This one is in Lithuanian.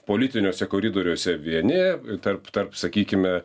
politiniuose koridoriuose vieni tarp tarp sakykime